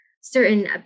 certain